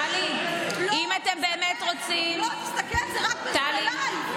טלי, אם אתם באמת רוצים, אי-אפשר.